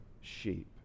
sheep